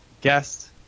guest